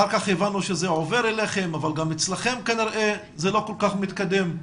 אחר כך הבנו שזה עובר אליכם אבל גם אצלכם כנראה זה לא כל כך מתקדם.